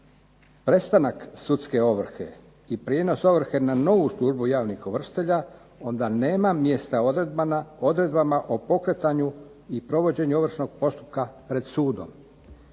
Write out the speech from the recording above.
prestanak sudske ovrhe i prijenos ovrhe na novu službu javnih ovršitelja, onda nema mjesta odredbama o pokretanju i provođenju ovršnog postupka pred sudom.